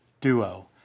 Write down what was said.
duo